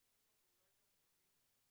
שיתוף הפעולה איתם הוא מדהים,